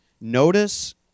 Notice